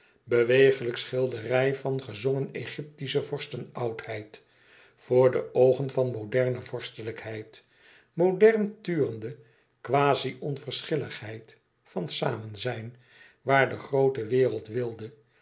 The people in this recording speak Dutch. bewegelijk schilderij van gezongen egyptische vorsten oudheid voor de oogen van moderne vorstelijkheid modern turende quasi onverschilligheid van samenzijn waar de groote wereld wilde